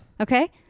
Okay